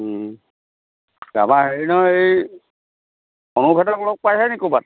তাৰপৰা হেৰি নহয় এই অনুপহঁতক লগ পাইছা নেকি ক'ৰবাত